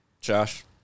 Josh